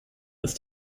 ist